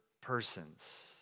persons